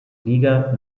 liga